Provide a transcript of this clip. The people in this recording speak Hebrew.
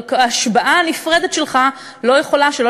אבל ההשבעה הנפרדת שלך לא יכולה שלא